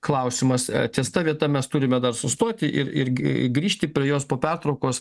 klausimas ties ta vieta mes turime dar sustoti ir ir grįžti prie jos po pertraukos